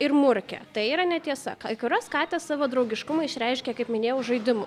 ir murkia tai yra netiesa kai kurios katės savo draugiškumą išreiškia kaip minėjau žaidimu